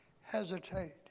hesitate